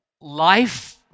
life